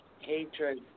hatred